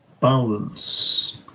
balance